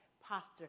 posture